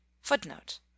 FOOTNOTE